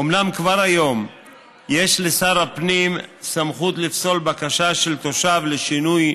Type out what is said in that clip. אומנם כבר היום יש לשר הפנים סמכות לפסול בקשה של תושב לשינוי